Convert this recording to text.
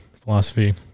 philosophy